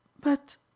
But